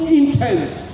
intent